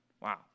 Wow